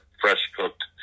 fresh-cooked